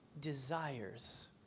desires